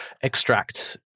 extract